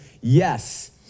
yes